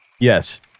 yes